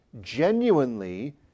genuinely